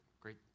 great